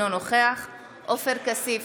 אינו נוכח עופר כסיף,